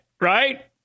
right